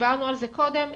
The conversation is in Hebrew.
דיברנו על זה קודם.